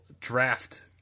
draft